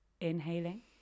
inhaling